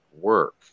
work